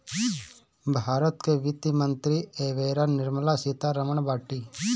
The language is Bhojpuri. भारत के वित्त मंत्री एबेरा निर्मला सीता रमण बाटी